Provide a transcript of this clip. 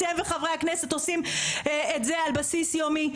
אתם וחברי הכנסת עושים את זה על בסיס יומי,